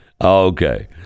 okay